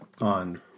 on